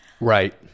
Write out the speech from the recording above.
Right